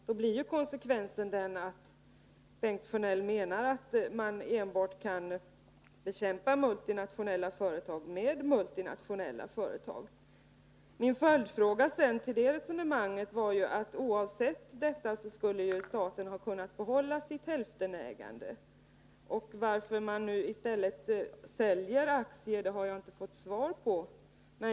Då blir konsekvensen den att Bengt Sjönell menar att man kan bekämpa multinationella företag enbart med multinationella företag. Oavsett detta skulle staten ha kunnat behålla sitt hälftenägande. Min följdfråga, varför man i stället säljer aktier, har jag inte fått svar på.